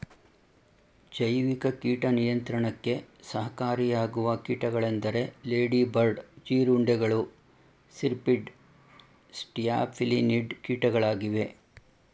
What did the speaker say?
ಜೈವಿಕ ಕೀಟ ನಿಯಂತ್ರಣಕ್ಕೆ ಸಹಕಾರಿಯಾಗುವ ಕೀಟಗಳೆಂದರೆ ಲೇಡಿ ಬರ್ಡ್ ಜೀರುಂಡೆಗಳು, ಸಿರ್ಪಿಡ್, ಸ್ಟ್ಯಾಫಿಲಿನಿಡ್ ಕೀಟಗಳಾಗಿವೆ